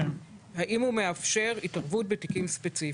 האם הוא מאפשר התערבות בתיקים ספציפיים?